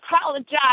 apologize